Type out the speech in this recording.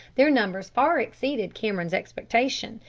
their numbers far exceeded cameron's expectation,